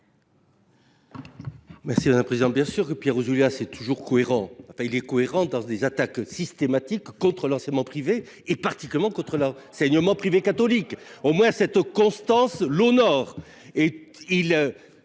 explication de vote. Bien sûr que Pierre Ouzoulias est toujours cohérent ! Mais cohérent dans ses attaques systématiques contre l’enseignement privé, en particulier l’enseignement privé catholique ! Au moins cette constance l’honore